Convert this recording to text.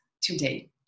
today